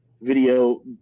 video